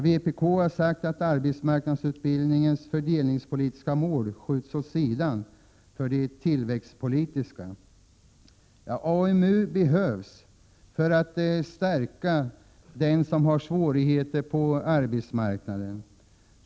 Vpk har sagt att arbetsmarknadsutbildningens fördelningspolitiska mål skjuts åt sidan för de tillväxtpolitiska målen. AMU behövs för att stärka den som har svårigheter på arbetsmarknaden.